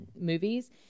movies